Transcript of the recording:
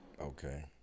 Okay